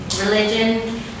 religion